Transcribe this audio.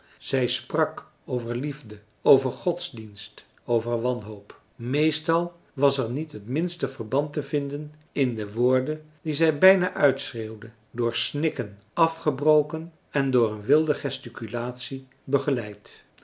zij sprak over liefde over godsdienst over wanhoop meestal was er niet het minste verband te vinden in de woorden die zij bijna uitschreeuwde door snikken afgebroken en door een wilde gesticulatie begeleid